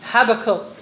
Habakkuk